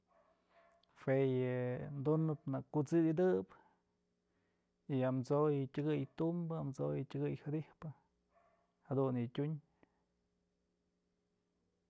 Jue yë dunëp na kut'sidëp y amso'o yë tyëkay tumbë amso'o yë tyëkë jadi'ijpë jadun yë tyun.